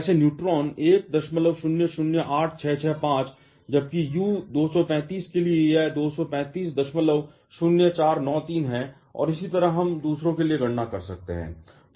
जैसे न्यूट्रॉन 1008665 जबकि U 235 के लिए यह 2350493 है और इसी तरह हम दूसरों के लिए गणना कर सकते हैं